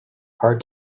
hard